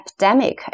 epidemic